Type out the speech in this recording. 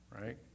right